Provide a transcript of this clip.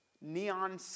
neon